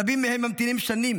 רבים מהם ממתינים שנים,